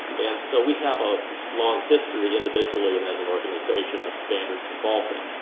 and so we have a long history individually and as an organization of standards involvement.